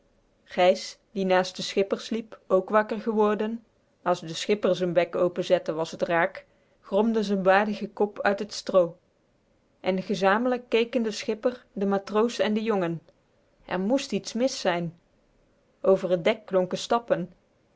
gijs die naast den schipper sliep ook wakker geworden as de schipper z'n bek openzette was t rààk gromde z'n baardigen kop uit t stroo en gezamenlijk kéken de schipper de matroos en de jongen er moest iets mis zijn over t dek klonken stappen